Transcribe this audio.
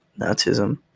Nazism